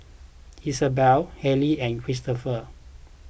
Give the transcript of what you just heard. Isabel Hali and Cristopher